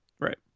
Right